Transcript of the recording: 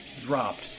dropped